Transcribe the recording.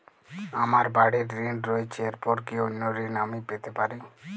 আমার বাড়ীর ঋণ রয়েছে এরপর কি অন্য ঋণ আমি পেতে পারি?